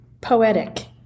poetic